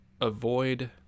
avoid